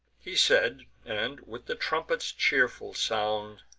he said, and, with the trumpets' cheerful sound,